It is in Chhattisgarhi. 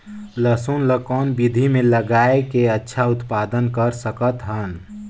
लसुन ल कौन विधि मे लगाय के अच्छा उत्पादन कर सकत हन?